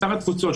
שר התפוצות,